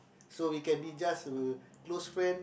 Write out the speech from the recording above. so it can be just a close friend